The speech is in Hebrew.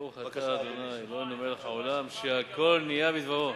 ברוך אתה ה' אלוהינו מלך העולם שהכול נהיה בדברו.